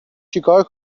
چیکار